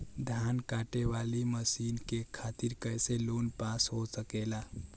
धान कांटेवाली मशीन के खातीर कैसे लोन पास हो सकेला?